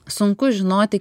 sunku žinoti